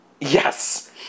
Yes